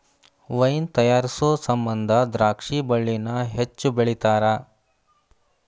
wine ತಯಾರಿಸು ಸಮಂದ ದ್ರಾಕ್ಷಿ ಬಳ್ಳಿನ ಹೆಚ್ಚು ಬೆಳಿತಾರ